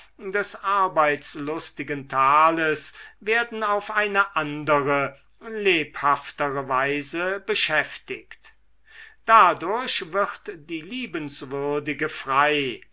des arbeitslustigen tales werden auf eine andere lebhaftere weise beschäftigt dadurch wird die liebenswürdige frei